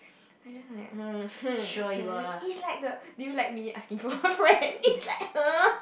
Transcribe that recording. I just like hmm is like the do you like me asking for a friend is like hmm